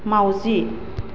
माउजि